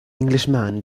englishman